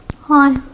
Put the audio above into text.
Hi